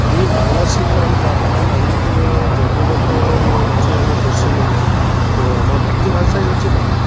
আমি বাংলা শিখলাম না কারণ আমি তো জন্মগত হচ্ছি আমি পশ্চিমবঙ্গের তো আমার মাতৃভাষাই হচ্ছে বাংলা